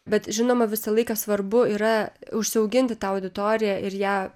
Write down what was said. bet žinoma visą laiką svarbu yra užsiauginti tą auditoriją ir ją